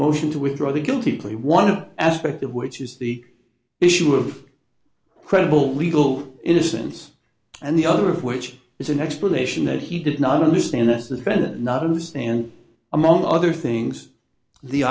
motion to withdraw the guilty plea one of aspect of which is the issue of credible legal innocence and the other of which is an explanation that he did not understand as a friend not understand among other things the